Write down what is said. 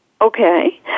Okay